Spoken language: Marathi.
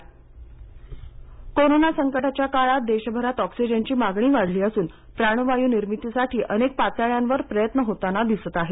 आयआयटी कोरोनासंकटाच्या काळात देशभरात ऑक्सिजनची मागणी वाढली असताना प्राणवायू निर्मितीसाठी अनेक पातळ्यांवर प्रयत्न होताना दिसत आहेत